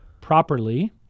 properly